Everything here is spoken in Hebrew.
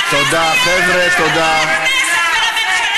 הממשלה, תתייחס ליועץ המשפטי לכנסת ולממשלה.